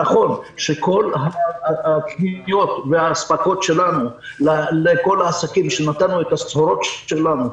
נכון שכל הקניות והאספקה שלנו לכל העסקים שנתנו את הסחורה שלנו,